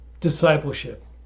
discipleship